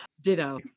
Ditto